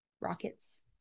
rockets